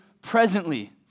presently